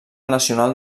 nacional